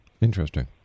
Interesting